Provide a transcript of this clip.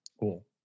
Cool